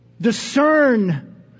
Discern